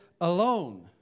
alone